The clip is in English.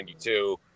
92